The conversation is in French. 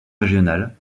régionale